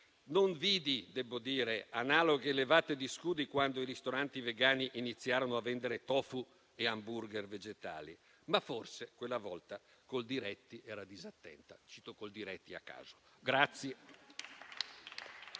ho visto - debbo dire - analoghe levate di scudi quando i ristoranti vegani iniziarono a vendere *tofu* e *hamburger* vegetali, ma forse quella volta Coldiretti era disattenta. Cito Coldiretti a caso.